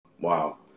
Wow